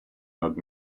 над